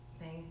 Thank